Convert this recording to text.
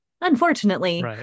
unfortunately